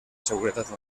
seguretat